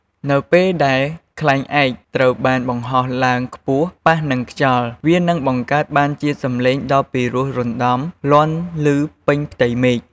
នៅពេលដែលខ្លែងឯកត្រូវបានបង្ហោះឡើងខ្ពស់ ប៉ះនឹងខ្យល់ វានឹងបង្កើតបានជាសំឡេងដ៏ពីរោះរណ្តំលាន់ឮពេញផ្ទៃមេឃ។